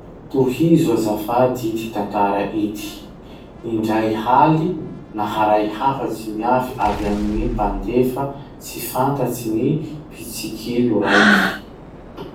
Tohizo azafady ity tantara ity: Indray haly, naharay hafatsy miafy avy amin'ny mpandefa tsy fantatsy ny mpitsikilo raiky.